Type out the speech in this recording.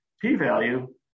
P-value